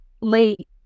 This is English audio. late